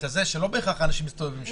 שלא בהכרח האנשים מסתובבים שם.